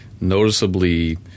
noticeably